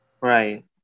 Right